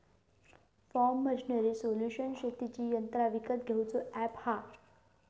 form machinery solution शेतीची यंत्रा विकत घेऊचा अॅप हा